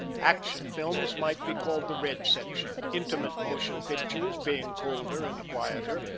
action films might be called the red section intimate motion pictures, being colder and quieter,